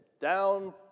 down